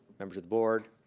members of the board,